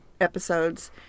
episodes